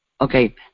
okay